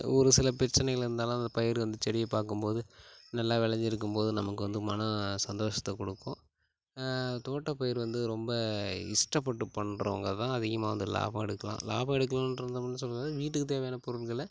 ஒரு சில பிரச்சனைகள் இருந்தாலும் அந்த பயிர் வந்து செடியை பார்க்கும் போது நல்லா விளஞ்சிருக்கும் போது நமக்கு வந்து மன சந்தோஷத்தைக் கொடுக்கும் தோட்டப்பயிர் வந்து ரொம்ப இஷ்டப்பட்டுப் பண்ணுறவங்க தான் அதிகமாக வந்து லாபம் எடுக்கலாம் லாபம் எடுக்கலான்னு இருந்தம்னா என்ன சொல்லுறது வீட்டுக்குத் தேவையான பொருள்களை